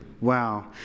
Wow